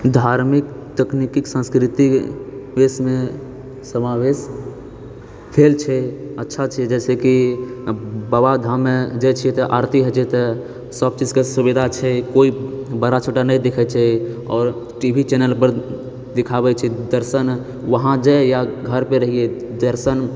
धार्मिक तकनीकीक संस्कृति मे समावेश छै अच्छा छै जैसे कि बाबाधाम मे जाइ छियै तऽ आरती हइ छै तऽ सबचीज कऽ सुविधा छै कोइ बड़ा छोटा नहि दिखै छै आओर टी भी चैनल पर दिखाबै छै दर्शन वहांँ जाय या घर पे रहियै दर्शन